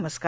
नमस्कार